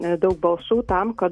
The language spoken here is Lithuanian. daug balsų tam kad